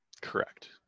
Correct